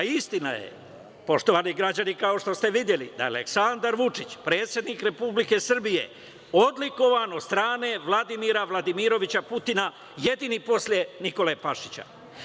Istina je, poštovani građani, kao što ste videli, da je Aleksandar Vučić, predsednik Republike Srbije, odlikovan od strane Vladimira Vladimirovića Putina, jedini posle Nikole Pašića.